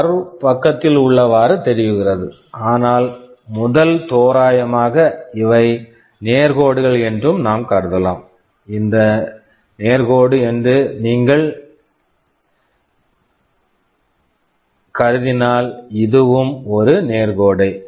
curve curve பக்கத்தில் உள்ளவாறு தெரிகிறது ஆனால் முதல் தோராயமாக இவை நேர் கோடுகள் என்று நாம் கருதலாம் இது நேர் கோடு என்று நீங்கள் கருதலாம் இதுவும் ஒரு நேர் கோடே